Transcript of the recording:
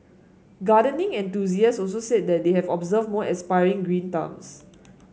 gardening enthusiasts also say that they have observed more aspiring green thumbs